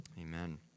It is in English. Amen